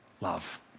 love